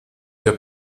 der